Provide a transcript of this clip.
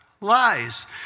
lies